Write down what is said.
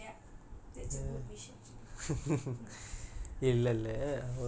ya that's a good wish actually mm